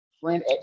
Friend